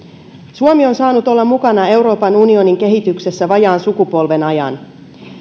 suomi on saanut olla mukana euroopan unionin kehityksessä vajaan sukupolven ajan